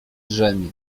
drzemie